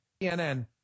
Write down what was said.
CNN